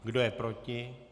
Kdo je proti?